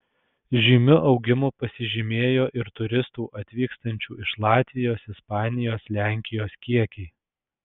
žymiu augimu pasižymėjo ir turistų atvykstančių iš latvijos ispanijos lenkijos kiekiai